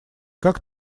как